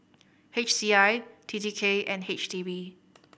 H C I T T K and H D B